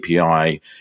API